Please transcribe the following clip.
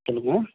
சொல்லுங்க